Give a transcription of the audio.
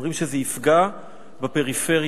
אומרים שזה יפגע בפריפריה,